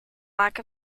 lack